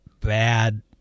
bad